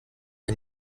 bei